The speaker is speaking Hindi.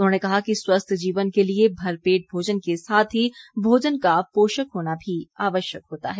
उन्होंने कहा कि स्वस्थ जीवन के लिए भरपेट भोजन के साथ ही भोजन का पोषक होना भी आवश्यक होता है